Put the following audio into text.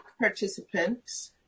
participants